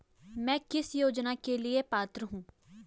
मैं किस योजना के लिए पात्र हूँ?